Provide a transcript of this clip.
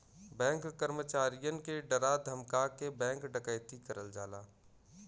bank कर्मचारियन के डरा धमका के बैंक डकैती करल जाला